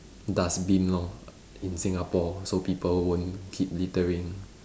dustbin lor in singapore so people won't keep littering